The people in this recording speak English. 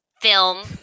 film